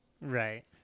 right